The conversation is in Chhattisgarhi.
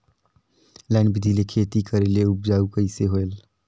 लाइन बिधी ले खेती करेले उपजाऊ कइसे होयल?